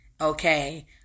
Okay